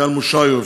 אייל מושיוב,